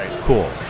cool